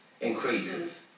increases